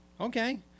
Okay